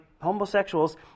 homosexuals